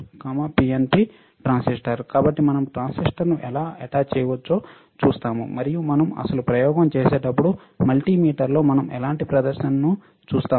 కాబట్టి మనం ట్రాన్సిస్టర్ను ఎలా అటాచ్ చేయవచ్చో చూస్తాము మరియు మనం అసలు ప్రయోగం చేసినప్పుడు మల్టీమీటర్లో మనం ఎలాంటి ప్రదర్శనను చూస్తాము